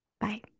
Bye